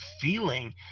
feeling